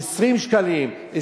20 שקלים,